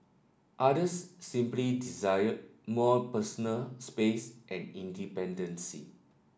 others simply desire more personal space and independence